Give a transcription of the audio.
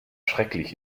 schrecklich